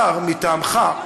שר מטעמך,